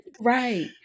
Right